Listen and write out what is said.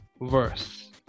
verse